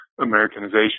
Americanization